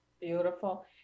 Beautiful